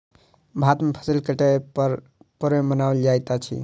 भारत में फसिल कटै पर पर्व मनाओल जाइत अछि